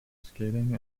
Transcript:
skating